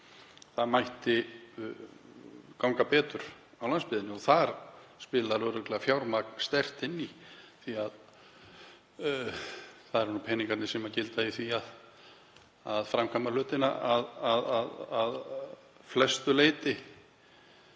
það mætti ganga betur á landsbyggðinni. Þar spilar fjármagn örugglega sterkt inn í því að það eru nú peningarnir sem gilda í því að framkvæma hlutina að flestu leyti